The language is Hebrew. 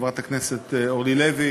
לחברת הכנסת אורלי לוי